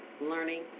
Learning